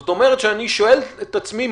אני שואל את עצמי,